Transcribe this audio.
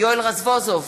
יואל רזבוזוב,